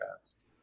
best